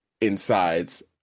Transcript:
insides